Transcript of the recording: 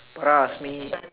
but asked me